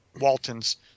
Walton's